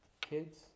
Kids